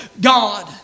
God